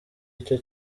icyo